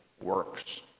works